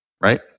right